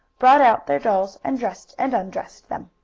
brought out their dolls and dressed and undressed them.